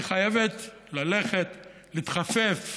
היא חייבת ללכת, להתחפף,